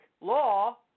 law